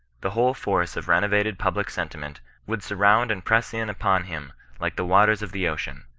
the whole force of renovated public sentiment would surround and press in upon him like the waters of the ocean,